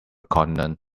continent